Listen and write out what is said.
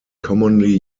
commonly